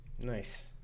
Nice